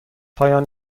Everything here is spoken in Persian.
پایان